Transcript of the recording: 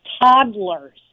toddlers